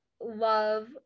love